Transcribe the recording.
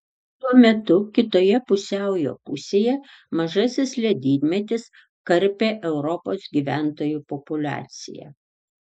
tuo metu kitoje pusiaujo pusėje mažasis ledynmetis karpė europos gyventojų populiaciją